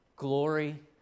glory